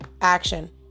action